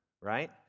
right